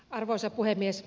arvoisa puhemies